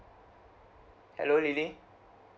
hello lily